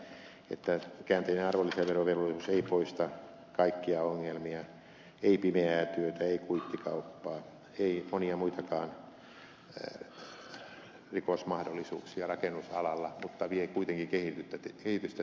selvää on että käänteinen arvonlisäverovelvollisuus ei poista kaikkia ongelmia ei pimeää työtä ei kuittikauppaa ei monia muitakaan rikosmahdollisuuksia rakennusalalla mutta vie kuitenkin kehitystä terveempään suuntaan